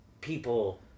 people